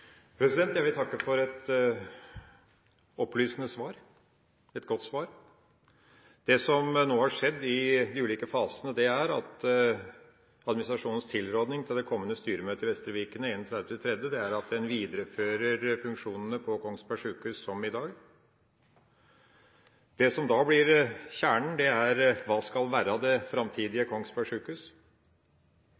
Jeg vil takke for et opplysende og godt svar. Det som nå har skjedd i de ulike fasene, er at administrasjonens tilråding til det kommende styremøtet i Vestre Viken 31. mars er at en viderefører funksjonene på Kongsberg sykehus som i dag. Og da blir kjernen: Hva skal være det framtidige